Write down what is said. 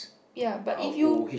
ya but if you